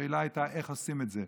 והשאלה הייתה איך עושים את זה.